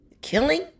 killing